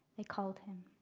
they called him.